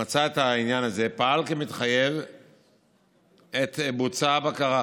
מצא את העניין הזה, פעל כמתחייב עת בוצעה הבקרה,